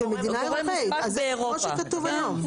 של מדינה אירופית, כמו שכתוב היום.